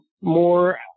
more